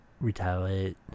retaliate